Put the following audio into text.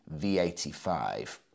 V85